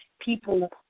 people